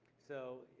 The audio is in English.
so,